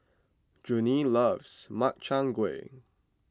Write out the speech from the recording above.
Junie loves Makchang Gui